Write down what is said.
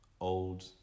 old